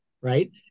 right